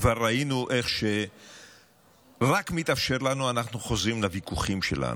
כבר ראינו שרק כשמתאפשר לנו אנחנו חוזרים לוויכוחים שלנו,